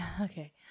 okay